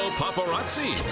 paparazzi